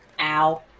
Ow